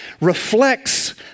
reflects